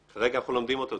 כרגע אנחנו לומדים את הדבר הזה.